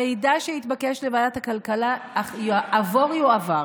המידע שהתבקש מוועדת הכלכלה עבור יועבר.